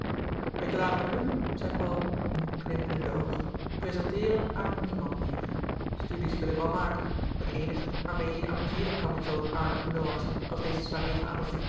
ik laat me nu zei paul moê knippende de oogen prezenteeren aan niemand meer louis couperus de boeken der kleine zielen studies wil ik wel maken het eenige waarmeê je je amuzeeren kan in zoo een arke noachs als deze soirêe van